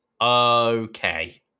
okay